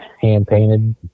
hand-painted